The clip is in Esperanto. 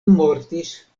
mortis